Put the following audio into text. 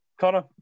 Connor